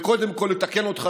וקודם כול לתקן אותך,